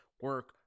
Work